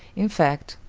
in fact,